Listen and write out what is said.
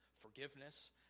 forgiveness